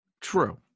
true